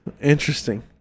Interesting